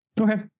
Okay